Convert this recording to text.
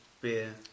beer